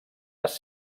les